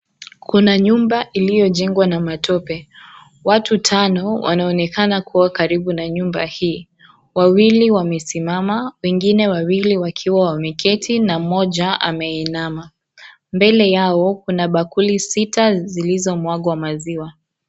Kuna nyumba iliyojengwa na matope. Watu tano wanaonekana kuwa karibu na nyumba hii. Wawili wamesimama, wengine wawili wakiwa wameketi na mmoja ameinama. Mbele yao kuna bakuli sita zilizomwagwa maziwa.